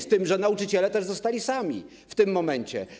Z tym że nauczyciele zostali sami w tym momencie.